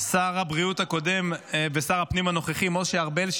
שר הבריאות הקודם ושר הפנים הנוכחי משה ארבל,